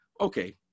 Okay